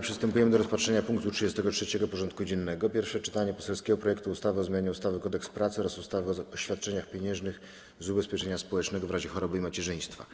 Przystępujemy do rozpatrzenia punktu 33. porządku dziennego: Pierwsze czytanie poselskiego projektu ustawy o zmianie ustawy Kodeks pracy oraz ustawy o świadczeniach pieniężnych z ubezpieczenia społecznego w razie choroby i macierzyństwa